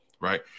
right